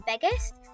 biggest